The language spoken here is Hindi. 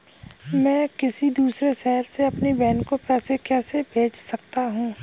मैं किसी दूसरे शहर से अपनी बहन को पैसे कैसे भेज सकता हूँ?